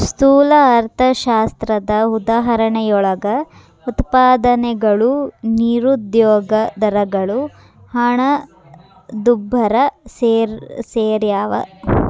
ಸ್ಥೂಲ ಅರ್ಥಶಾಸ್ತ್ರದ ಉದಾಹರಣೆಯೊಳಗ ಉತ್ಪಾದನೆಗಳು ನಿರುದ್ಯೋಗ ದರಗಳು ಹಣದುಬ್ಬರ ಸೆರ್ಯಾವ